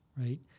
right